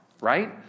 right